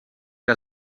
que